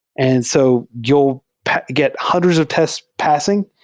and so you'll get hundreds of tests passing.